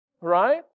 right